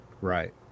Right